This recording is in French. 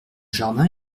jardin